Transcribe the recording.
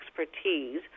expertise